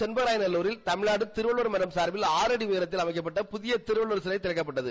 செண்பகராய நல்லூரில் தமிழ்நாடு திருவள்ளுவர் மன்றம் சா்பில் ஆறு அடி உயாத்தில் அமைக்கப்பட்ட புதிய திருவள்ளுவா் சிலை திறக்கப்பட்டது